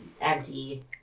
empty